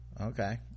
Okay